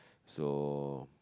so